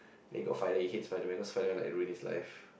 then he got fire then he hate Spider-Man cause Spider-Man like ruin his life